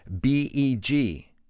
B-E-G